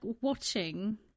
watching